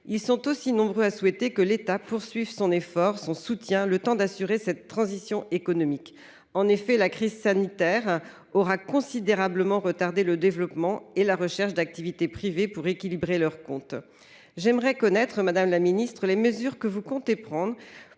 ils sont aussi nombreux à souhaiter que l’État poursuive son soutien le temps d’assurer cette transition économique. En effet, la crise sanitaire aura considérablement retardé le développement et la recherche d’activités privées pour équilibrer leurs comptes. Aussi, quelles mesures compte prendre